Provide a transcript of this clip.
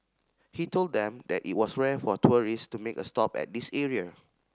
he told them that it was rare for tourist to make a stop at this area